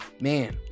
man